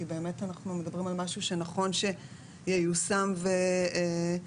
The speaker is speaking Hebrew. אנחנו מדברים על משהו שנכון שייושם וייכנס.